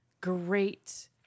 great